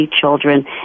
children